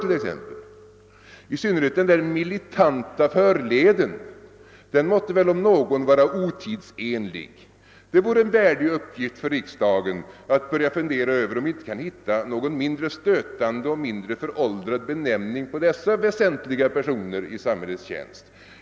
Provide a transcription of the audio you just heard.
I synnerhet den militanta förleden måtte väl om något vara otidsenlig. Det vore en värdig uppgift för riksdagen att börja fundera över om vi inte kan hitta någon mindre stötande och mindre föråldrad benämning på dessa väsentliga personer i samhällets tjänst.